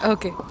Okay